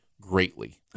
greatly